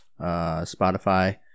spotify